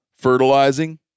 fertilizing